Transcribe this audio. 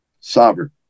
sovereign